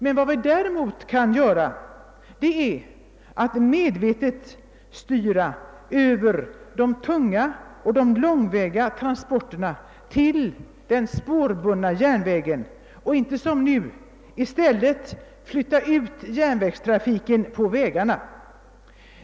Men vad vi däremot kan är att medvetet styra över de tunga och långväga transporterna till den spårbundna järnvägen och inte som nu i stället flytta ut järnvägstrafiken på vägarna.